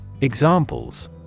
Examples